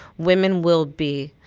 women will be